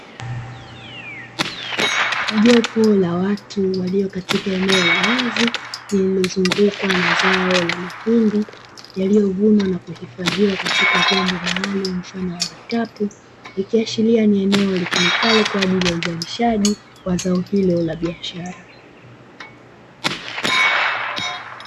Jopo la watu walio katika eneo la wazi lililozungukwa na zao la mahindi yaliyovunwa na kuhifadhiwa katika vyombo maalum mfano wa vikapu, ikiashiria ni eneo litumikalo kwa ajili ya uzalishaji wa zao hilo na biashara.